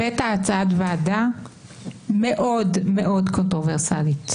הבאת הצעת ועדה מאוד מאוד קונטרברסיאלית.